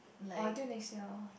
oh until next year loh